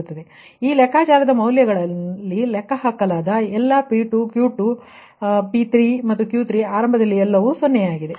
ಆದ್ದರಿಂದ ಈ ಲೆಕ್ಕಾಚಾರದ ಮೌಲ್ಯಗಳಲ್ಲಿ ಲೆಕ್ಕಹಾಕಲಾದ ಎಲ್ಲಾ P2 Q2 P2 P3 ಮತ್ತು Q3 ಆರಂಭದಲ್ಲಿ ಎಲ್ಲವೂ 0 ಸರಿ